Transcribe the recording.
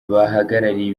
bahagarariye